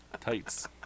Tights